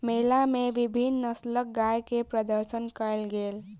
मेला मे विभिन्न नस्लक गाय के प्रदर्शन कयल गेल